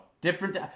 different